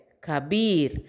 Kabir